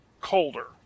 colder